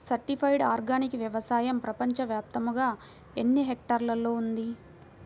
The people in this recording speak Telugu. సర్టిఫైడ్ ఆర్గానిక్ వ్యవసాయం ప్రపంచ వ్యాప్తముగా ఎన్నిహెక్టర్లలో ఉంది?